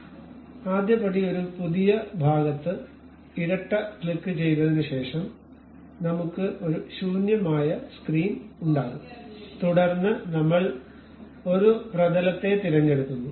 അതിനാൽ ആദ്യപടി ഒരു പുതിയ ഭാഗത്ത് ഇരട്ട ക്ലിക്കുചെയ്തതിനുശേഷം നമ്മുക്ക് ഒരു ശൂന്യമായ സ്ക്രീൻ ഉണ്ടാകും തുടർന്ന് നമ്മൾ ഒരു പ്രതലത്തെ തിരഞ്ഞെടുക്കുന്നു